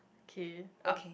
okay up